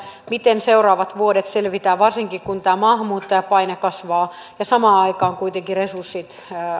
miten seuraavat vuodet selvitään varsinkin kun tämä maahanmuuttajapaine kasvaa ja samaan aikaan kuitenkin resurssit